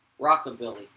Rockabilly